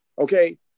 Okay